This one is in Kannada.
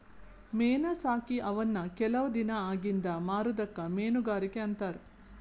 ಮೇನಾ ಸಾಕಿ ಅವನ್ನ ಕೆಲವ ದಿನಾ ಅಗಿಂದ ಮಾರುದಕ್ಕ ಮೇನುಗಾರಿಕೆ ಅಂತಾರ